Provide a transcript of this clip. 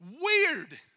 weird